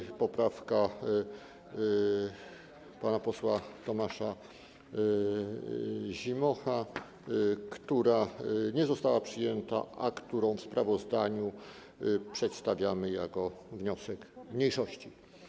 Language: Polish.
Była też poprawka pana posła Tomasza Zimocha, która nie została przyjęta, a którą w sprawozdaniu przedstawiamy jako wniosek mniejszości.